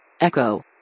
Echo